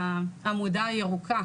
בעמודה הירוקה,